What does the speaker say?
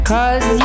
Cause